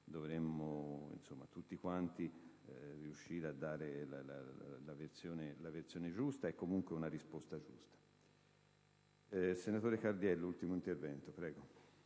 dovremmo tutti quanti riuscire a dare la versione giusta e comunque una risposta giusta.